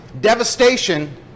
Devastation